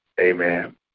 Amen